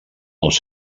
els